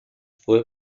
fue